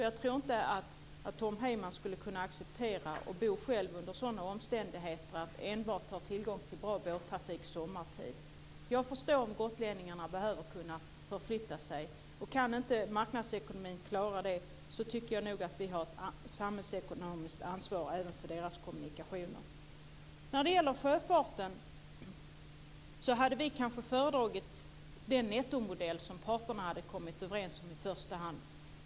Jag tror inte att Tom Heyman själv skulle kunna acceptera att bo under sådana omständigheter, att enbart ha tillgång till bra båttrafik sommartid. Jag förstår om gotlänningarna behöver kunna förflytta sig. Kan inte marknadsekonomin klara det tycker jag nog att vi har ett samhällsekonomiskt ansvar även för deras kommunikationer. När det gäller sjöfarten hade vi kanske föredragit den nettomodell som parterna hade kommit överens om i första hand.